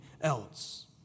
else